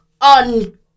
on